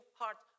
heart